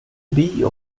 bio